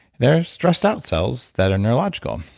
they're stressed out cells that are neurological.